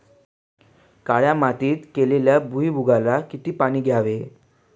काळ्या मातीत केलेल्या भुईमूगाला किती पाणी द्यावे?